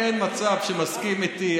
אין מצב שמסכים איתי,